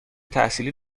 تحصیلی